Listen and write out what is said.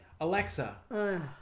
Alexa